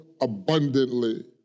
abundantly